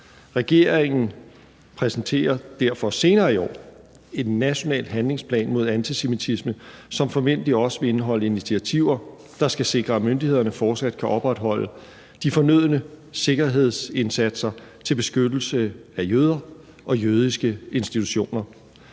Regeringen præsenterer derfor senere i år en national handlingsplan mod antisemitisme, som forventeligt også vil indeholde initiativer, der skal sikre, at myndighederne fortsat kan opretholde de fornødne sikkerhedsindsatser til beskyttelse af jøder og jødiske institutioner.